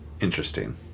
Interesting